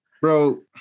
Bro